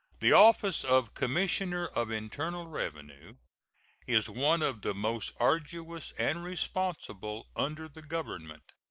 the office of commissioner of internal revenue is one of the most arduous and responsible under the government.